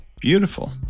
beautiful